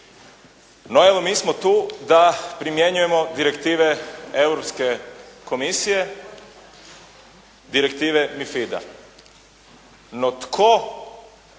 No evo mi smo tu da primjenjujemo direktive Europske komisije, direktive MiFIDA-a. No tko